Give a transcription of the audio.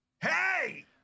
Hey